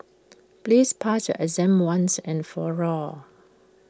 please pass your exam once and for all